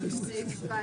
סט.